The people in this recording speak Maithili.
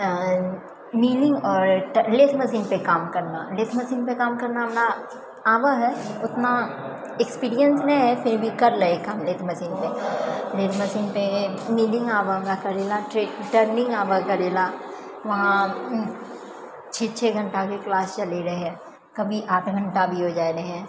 नीलिंग आओर टरलैक मशीन से काम करना लेथ मशीन से काम करना हमरा आबै हइ उतना एक्सपिरियन्स नहि हइ फिर भी करऽ लै हइ काम लेथ मशीन पे लेथ मशीन पे टर्निंग आबै लै करै लै वहाँ छओ छओ घण्टाके क्लास चलै रहै कभी आठ घण्टा भी होइ जाइ रहै